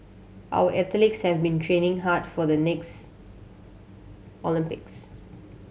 our athletes have been training hard for the next Olympics